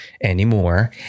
anymore